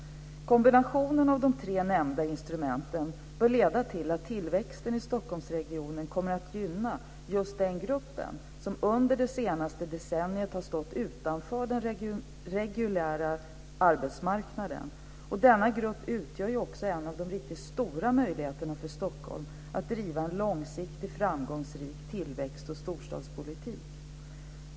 Kombinationen av de tre nämnda instrumenten bör leda till att tillväxten i Stockholmsregionen kommer att gynna just den grupp som under det senaste decenniet har stått utanför den reguljära arbetsmarknaden. Denna grupp utgör också en av de riktigt stora möjligheterna för Stockholm att driva en långsiktig, framgångsrik tillväxt och storstadspolitik.